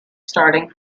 starting